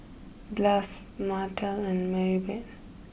Blas Martell and Maribeth